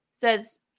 says